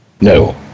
No